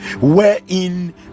wherein